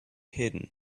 hidden